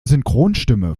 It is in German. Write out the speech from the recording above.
synchronstimme